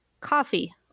Coffee